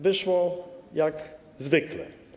Wyszło jak zwykle.